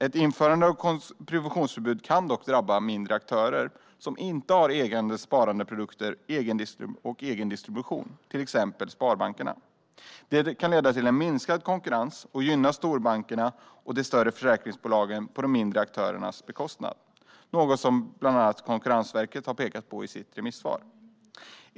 Ett införande av provisionsförbud kan dock drabba mindre aktörer som inte har egna sparandeprodukter och egen distribution, till exempel sparbankerna. Det kan leda till minskad konkurrens och gynna storbankerna och de större försäkringsbolagen på de mindre aktörernas bekostnad, vilket är något som bland annat Konkurrensverket har pekat på i sitt remissvar.